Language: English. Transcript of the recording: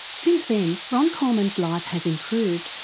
since then ron coleman's life has improved,